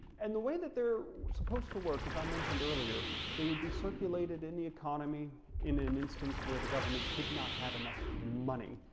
and the way that they're supposed to work as i mentioned earlier, they would be circulated in the economy in an instance where the government did not have enough money.